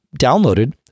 downloaded